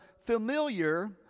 familiar